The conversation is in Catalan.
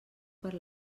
per